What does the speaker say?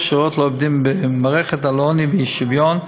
הכשרות לעובדים במערכת על עוני ואי-שוויון,